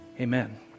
Amen